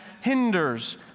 hinders